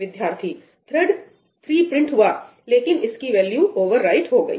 विद्यार्थी thread 3 print हुआ लेकिन इसकी वैल्यू ओवरराइट हो गई